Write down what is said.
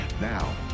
Now